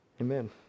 Amen